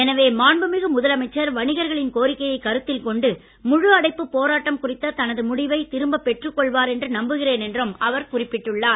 எனவே மாண்புமிகு முதலமைச்சர் வணிகர்களின் கோரிக்கையை கருத்தில் கொண்டு முழு அடைப்பு போராட்டம் குறித்த தனது முடிவை திரும்ப பெற்றுக் கொள்வார் என்று நம்புகிறேன் என்றும் அவர் குறிப்பிட்டுள்ளார்